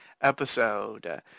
episode